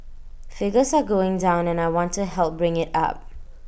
figures are going down and I want to help bring IT up